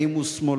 האם הוא שמאלני.